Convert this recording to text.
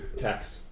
text